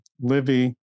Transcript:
Livy